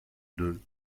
deux